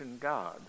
God